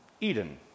Eden